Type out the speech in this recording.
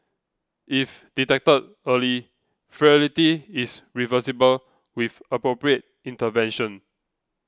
if detected early frailty is reversible with appropriate intervention